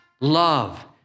love